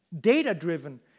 data-driven